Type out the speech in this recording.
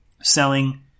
selling